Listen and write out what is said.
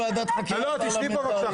לא, תשבי פה בבקשה.